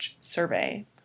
survey